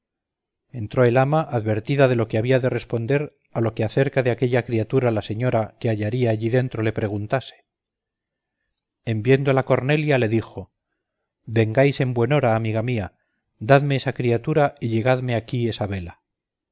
entró el ama advertida de lo que había de responder a lo que acerca de aquella criatura la señora que hallaría allí dentro le preguntase en viéndola cornelia le dijo vengáis en buen hora amiga mía dadme esa criatura y llegadme aquí esa vela